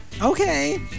Okay